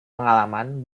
pengalaman